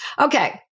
Okay